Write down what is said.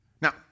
Now